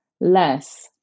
less